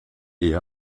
ehe